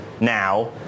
now